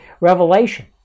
revelation